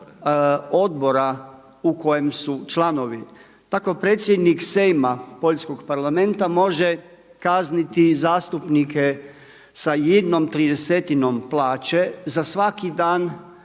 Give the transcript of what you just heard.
odbora u kojem su članovi. Tako je predsjednik Sejma poljskog Parlamenta može kazniti zastupnike sa jednom tridesetinom plaće za svaki dan